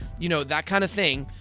you know, that kind of thing.